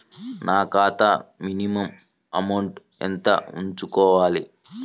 నా ఖాతా minimum amount ఎంత ఉంచుకోవాలి?